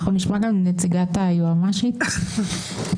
נשמע גם את נציגי היועמ"שית שנמצאים?